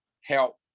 help